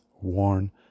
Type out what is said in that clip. worn